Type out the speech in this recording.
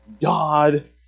God